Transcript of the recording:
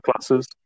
classes